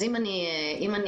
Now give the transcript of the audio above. אם אני עצובה,